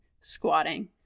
squatting